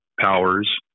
powers